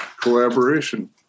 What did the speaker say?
collaboration